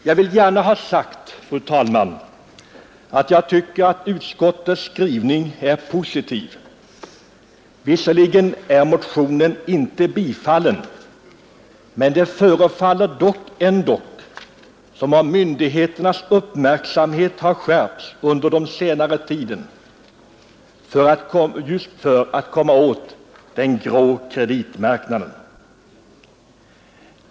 Jag vill gärna ha sagt, fru talman, att jag tycker att utskottets skrivning är positiv. Visserligen är motionen inte tillstyrkt, men det förefaller ändock som om myndigheternas uppmärksamhet har skärpts under senare tid just när det gäller att komma åt den grå kreditmarknaden.